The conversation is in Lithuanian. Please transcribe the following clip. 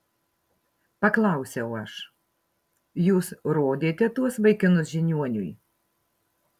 paklausiau aš jūs rodėte tuos vaikinus žiniuoniui